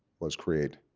was create